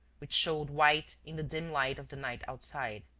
which showed white in the dim light of the night outside.